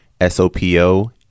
S-O-P-O